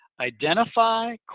Identify